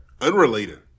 Unrelated